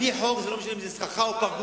על-פי חוק זה לא משנה אם זו סככה או פרגולה.